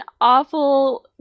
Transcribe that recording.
awful